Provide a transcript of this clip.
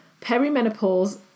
perimenopause